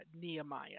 Nehemiah